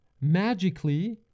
magically